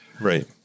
right